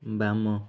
ବାମ